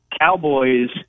Cowboys